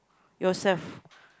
yourself